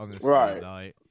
Right